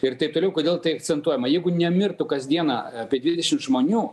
ir taip toliau kodėl tai akcentuojama jeigu nemirtų kasdieną apie dvidešimt žmonių